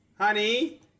Honey